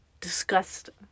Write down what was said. Disgusting